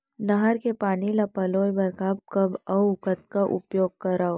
नहर के पानी ल पलोय बर कब कब अऊ कतका उपयोग करंव?